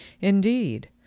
Indeed